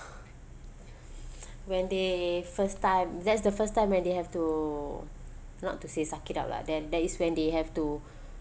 when they first time that's the first time when they have to not to say suck it up lah then that is when they have to